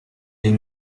est